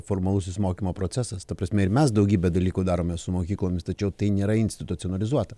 formalusis mokymo procesas ta prasme ir mes daugybę dalykų darome su mokyklomis tačiau tai nėra institucionalizuota